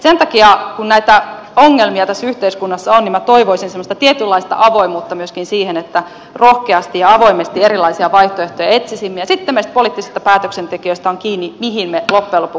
sen takia kun näitä ongelmia tässä yhteiskunnassa on minä toivoisin semmoista tietynlaista avoimuutta myöskin siihen että rohkeasti ja avoimesti erilaisia vaihtoehtoja etsisimme ja sitten meistä poliittisista päätöksentekijöistä on kiinni mihin me loppujen lopuksi päädymme